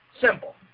Simple